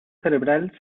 cerebral